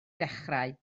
ddechrau